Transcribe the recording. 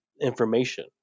information